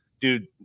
dude